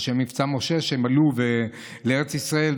על שם מבצע משה שהם עלו לארץ ישראל,